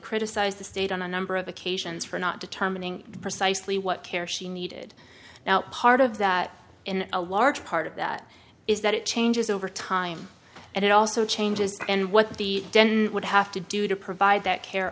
criticize the state on a number of occasions for not determining precisely what care she needed now part of that in a large part of that is that it changes over time and it also changes and what the would have to do to provide that care